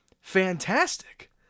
fantastic